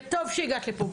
וטוב שהגעת לפה,